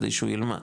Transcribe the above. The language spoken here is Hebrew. כדי שהוא ילמד,